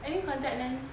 having contact lens